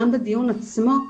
גם בדיון עצמו,